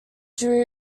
drew